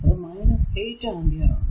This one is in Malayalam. അത് 8 ആംപിയർ ആണ്